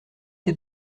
tes